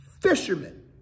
fishermen